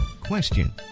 question